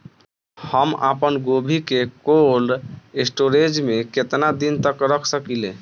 हम आपनगोभि के कोल्ड स्टोरेजऽ में केतना दिन तक रख सकिले?